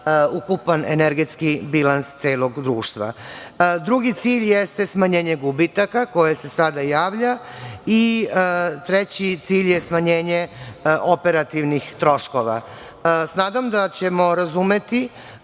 ukupan energetski bilans celog društva. Drugi cilj jeste smanjenje gubitaka, koje se sada javlja, a treći cilj je smanjenje operativnih troškova. Sa nadom da ćemo razumeti